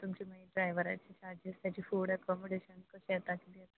तुमचे मागी ड्रायव्हराचे चार्जीस तेजें फूड अकॉमडेशन कशें येता किदें येता